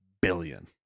billion